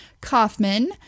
Kaufman